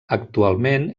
actualment